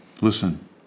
Listen